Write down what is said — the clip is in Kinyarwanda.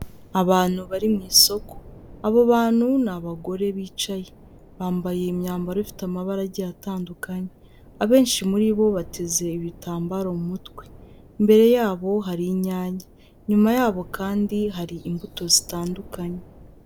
Abantu bari mu isoko, abo bantu ni abagore bicaye bambaye imyambaro ifite amabara agiye atandukanye, abenshi muri bo bateze ibitambaro mu mutwe, imbere yabo hari inyanya, inyuma yabo kandi hari imbuto zitandukanye.